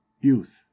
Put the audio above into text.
Youth